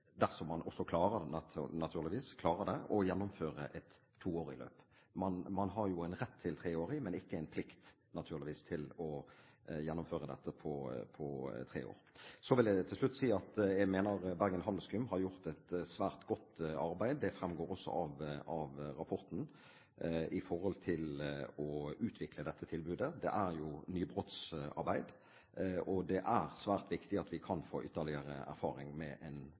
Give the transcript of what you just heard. dersom man også klarer det naturligvis. Man har en rett til treårig opplæring, men naturligvis ikke en plikt til å gjennomføre dette på tre år. Så vil jeg til slutt si at jeg mener Bergen Handelsgymnasium har gjort et svært godt arbeid med å utvikle dette tilbudet. Det fremgår også av rapporten. Det er nybrottsarbeid, og det er svært viktig at vi kan få ytterligere erfaring med